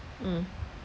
mm